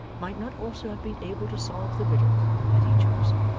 might not also have been able to solve the riddle, had he chosen.